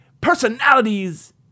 personalities